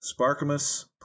Sparkamus